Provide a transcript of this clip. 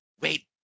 wait